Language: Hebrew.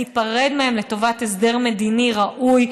ניפרד מהן לטובת הסדר מדיני ראוי.